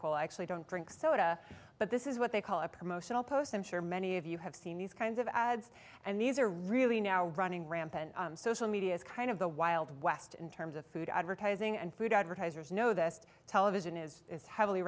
cola i actually don't drink soda but this is what they call a promotional post i'm sure many of you have seen these kinds of ads and these are really now running rampant social media is kind of the wild west in terms of food advertising and food advertisers know this television is heavily